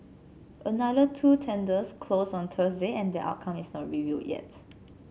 another two tenders closed on Thursday and their outcome is not revealed yet